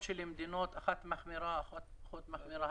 של מדינות כאשר אחת מחמירה ואחת פחות מחמירה?